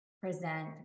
present